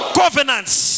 covenants